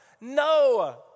No